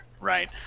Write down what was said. right